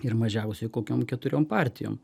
ir mažiausiai kokiom keturiom partijom